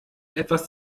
etwas